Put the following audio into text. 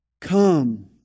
Come